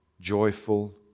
joyful